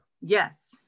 Yes